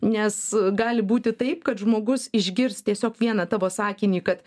nes gali būti taip kad žmogus išgirs tiesiog vieną tavo sakinį kad